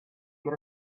get